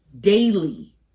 daily